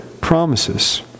promises